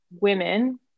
women